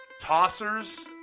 Tossers